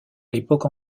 l’époque